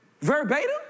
verbatim